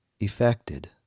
affected